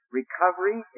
Recovery